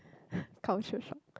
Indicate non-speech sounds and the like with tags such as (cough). (breath) culture shock